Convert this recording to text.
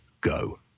go